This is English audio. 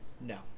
No